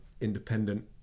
independent